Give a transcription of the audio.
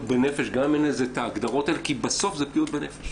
בנפש גם אם אין לזה את ההגדרות האלה כי בסוף זה פגיעות בנפש.